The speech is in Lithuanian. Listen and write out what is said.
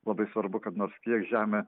labai svarbu kad nors kiek žemė